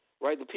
right